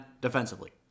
defensively